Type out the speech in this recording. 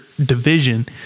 division